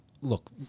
look